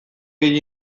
gehien